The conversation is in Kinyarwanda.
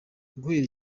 guhera